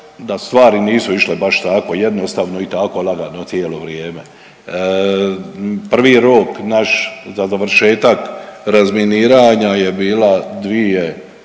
da stvari nisu išle baš tako jednostavno i tako lagano cijelo vrijeme. Prvi je rok naš za završetak razminiranja je bila